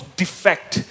defect